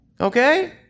Okay